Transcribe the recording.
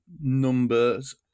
numbers